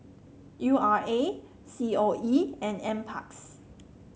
U R A C O E and NParks